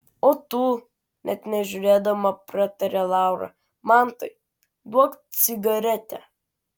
o tu net nežiūrėdama pratarė laura mantai duok cigaretę